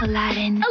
Aladdin